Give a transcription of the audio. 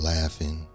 Laughing